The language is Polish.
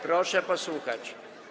Proszę posłuchać.